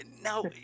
now